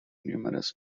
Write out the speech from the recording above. numerous